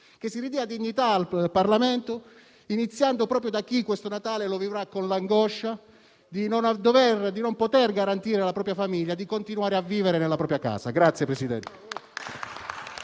che si ridia dignità al Parlamento, iniziando proprio da chi questo Natale lo vivrà con l’angoscia di non poter garantire alla propria famiglia di continuare a vivere nella propria casa.